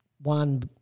one